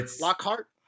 Lockhart